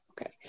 Okay